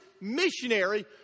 missionary